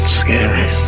scary